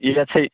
si